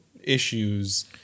issues